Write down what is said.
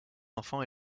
enfants